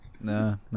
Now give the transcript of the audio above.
No